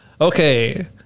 okay